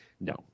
No